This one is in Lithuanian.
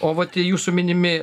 o va tie jūsų minimi